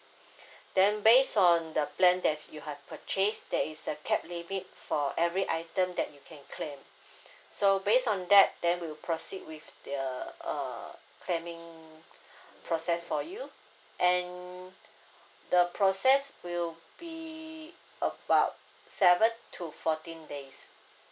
then based on the plan that you have purchase there is a cap limit for every item that you can claim so based on that then we'll proceed with the uh uh planning process for you and the process will be about seven to fourteen days